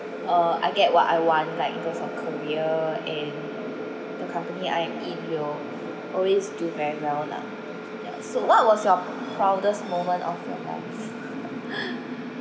uh I get what I want like in terms of career and the company I am in will always do very well lah ya so what was your proudest moment of your life